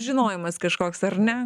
žinojimas kažkoks ar ne